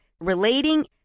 relating